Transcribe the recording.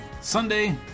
Sunday